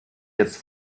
jetzt